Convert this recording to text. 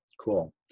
Cool